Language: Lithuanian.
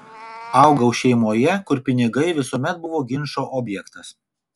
augau šeimoje kur pinigai visuomet buvo ginčo objektas